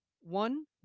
One